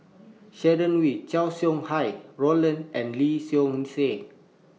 Sharon Wee Chow Sau Hai Roland and Lee Seow Ser